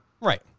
Right